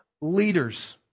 leaders